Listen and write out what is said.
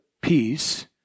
peace